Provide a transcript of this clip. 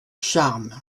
charmes